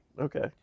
Okay